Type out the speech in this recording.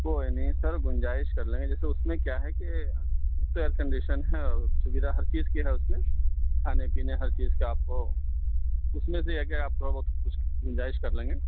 کوئی نہیں سر گنجائش کر لیں گے جیسے اس میں کیا ہے کہ ایک تو ائیر کنڈیشن ہے سویدھا ہر چیز کی ہے اس میں کھانے پینے ہر چیز کی آپ کو اس میں بھی اگر آپ کو کچھ گنجائش کر لیں گے